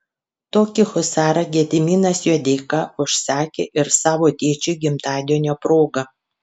tokį husarą gediminas juodeika užsakė ir savo tėčiui gimtadienio proga